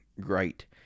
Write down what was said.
great